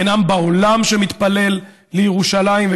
אין עם בעולם שמתפלל לירושלים.